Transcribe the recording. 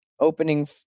opening